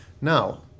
Now